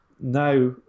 Now